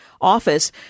office